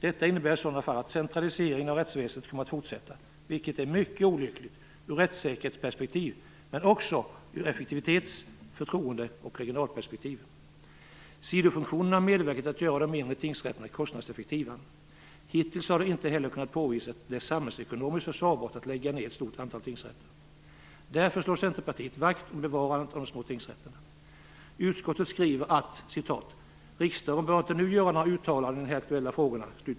Detta innebär i sådana fall att centraliseringen av rättsväsendet kommer att fortsätta, vilket är mycket olyckligt ur ett rättssäkerhetsperspektiv men också ur ett effektivitets-, förtroende och regionalperspektiv. Sidofunktionerna medverkar till att göra de mindre tingsrätterna kostnadseffektiva. Hittills har det inte heller kunnat påvisas att det är samhällsekonomiskt försvarbart att lägga ned ett stort antal tingsrätter. Därför slår Centerpartiet vakt om bevarandet av de små tingsrätterna. Utskottet skriver: "Riksdagen bör inte nu göra några uttalande i här aktuella frågor."